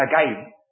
again